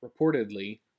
reportedly